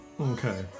Okay